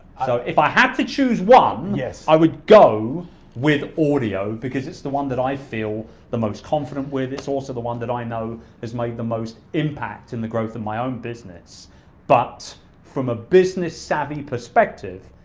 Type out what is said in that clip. so if i had to choose one, yeah i would go with audio because it's the one that i feel the most confident with, it's also the one that i know has made the most impact in the growth of my own business but from a business savvy perspective,